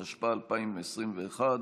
התשפ"א 2021,